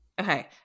Okay